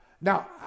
Now